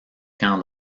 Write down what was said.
camp